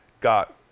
got